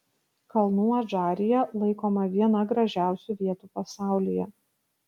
kalnų adžarija laikoma viena gražiausių vietų pasaulyje